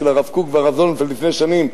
של הרב קוק והרב זוננפלד לפני שנים,